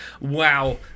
wow